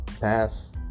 pass